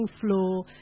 floor